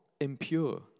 impure